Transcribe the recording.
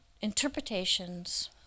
interpretations